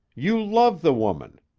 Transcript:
you love the woman.